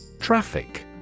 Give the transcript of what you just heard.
Traffic